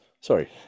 Sorry